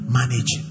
manage